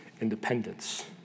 independence